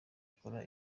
akora